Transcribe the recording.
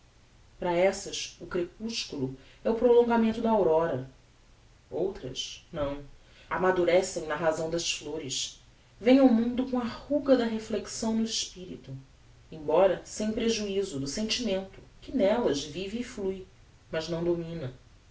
para essas o crepusculo é o prolongamento da aurora outras não amadurecem na sazão das flores vem ao mundo com a ruga da reflexão no espirito embora sem prejuiso do sentimento que nellas vive e influe mas não domina